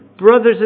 brothers